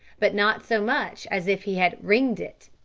but not so much as if he had ringed it.